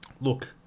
Look